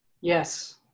Yes